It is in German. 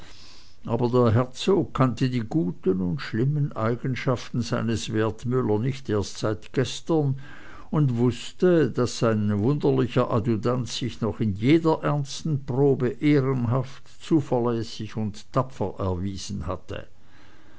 aber der herzog kannte die guten und schlimmen eigenschaften seines wertmüller nicht erst seit gestern und wußte daß sein wunderlicher adjutant sich noch in jeder ernsten probe ehrenhaft zuverlässig und tapfer erwiesen hatte